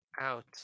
out